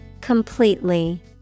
Completely